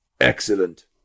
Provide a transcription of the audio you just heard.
Excellent